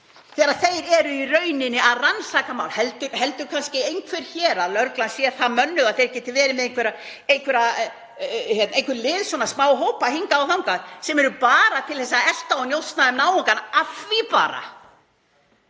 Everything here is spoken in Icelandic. þegar þeir eru í rauninni að rannsaka mál? Heldur kannski einhver hér að lögregla sé það vel mönnuð að hún geti verið með einhver lið, svona smáhópa hingað og þangað sem eru bara til þess að elta og njósna um náungann af því bara?